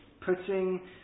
Putting